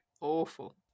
Awful